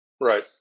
Right